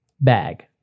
bag